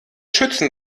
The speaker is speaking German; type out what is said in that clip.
schützen